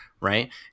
right